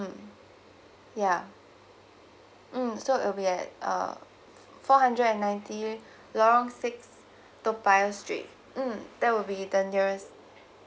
mm ya mm ya so it will be at uh four hundred and ninety lorong six toa payoh street mm that will be the nearest